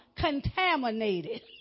contaminated